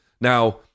Now